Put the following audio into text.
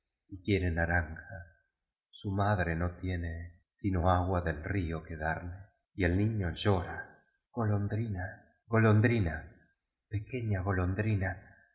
quiere naranjas su madre no tiene sino agua del rio que darle y el nífió llora golondrina golondrina pequeña golondrina